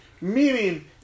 Meaning